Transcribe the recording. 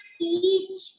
speech